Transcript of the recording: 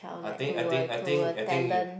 I think I think I think I think you